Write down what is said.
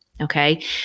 okay